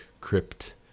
crypt